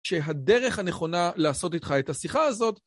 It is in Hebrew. שהדרך הנכונה, לעשות איתך את השיחה הזאת...